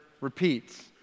repeats